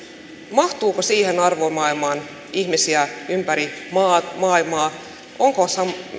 mahtuuko siihen arvomaailmaan ihmisiä ympäri maailmaa ovatko